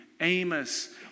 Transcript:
amos